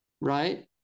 right